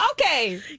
Okay